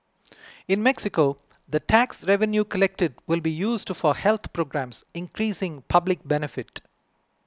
in Mexico the tax revenue collected will be used for health programmes increasing public benefit